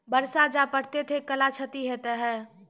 बरसा जा पढ़ते थे कला क्षति हेतै है?